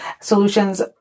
solutions